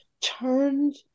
turned